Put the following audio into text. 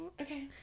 okay